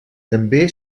també